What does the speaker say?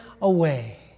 away